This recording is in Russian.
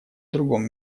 другом